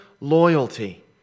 loyalty